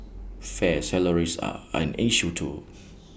fair salaries are an issue too